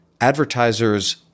advertisers